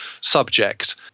subject